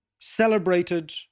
Celebrated